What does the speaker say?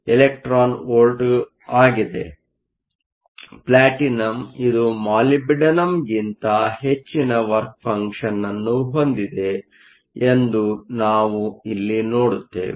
ಆದ್ದರಿಂದ ಪ್ಲಾಟಿನಂ ಇದು ಮಾಲಿಬ್ಡಿನಮ್ಗಿಂತ ಹೆಚ್ಚಿನ ವರ್ಕ್ ಫಂಕ್ಷನ್Work function ಅನ್ನು ಹೊಂದಿದೆ ಎಂದು ನಾವು ಇಲ್ಲಿ ನೋಡುತ್ತೇವೆ